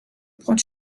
prend